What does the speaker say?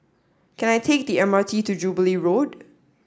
can I take the M R T to Jubilee Road